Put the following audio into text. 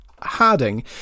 harding